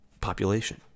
population